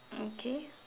okay